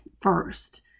first